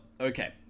Okay